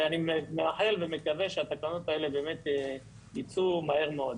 ואני מאחל ומקווה שהתקנות האלה באמת יצאו מהר מאוד.